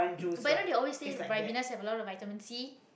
but you know they always say ribenas have a lot of vitamin c